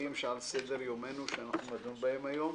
נושאים שעל סדר יומנו, שאנחנו דנים בהם היום.